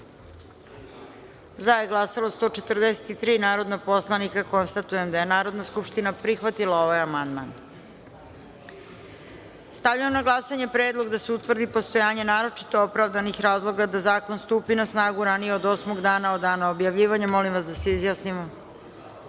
za – 143 narodna poslanika. Konstatujem da je Narodna skupština prihvatila ovaj amandman. Stavljam na glasanje predlog da se utvrdi postojanje naročito opravdanih razloga da zakon stupi na snagu ranije od osam dana od dana objavljivanja u „Službenom